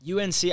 UNC